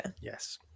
Yes